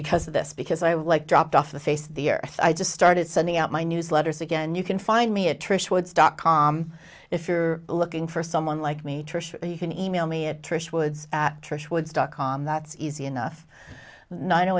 because of this because i like dropped off the face of the earth i just started sending out my newsletters again you can find me a trish woods dot com if you're looking for someone like me tricia you can e mail me at trish woods at trish woods dot com that's easy enough nine